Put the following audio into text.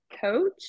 coach